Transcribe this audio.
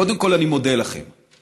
קודם כול, אני מודה לכם על